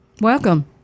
Welcome